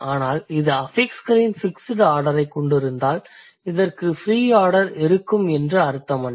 ஆனால் இது அஃபிக்ஸ்களின் ஃபிக்ஸ்டு ஆர்டரைக் கொண்டிருந்தால் இதற்கு ஃப்ரீ ஆர்டர் இருக்கும் என்று அர்த்தமல்ல